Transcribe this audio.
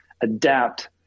adapt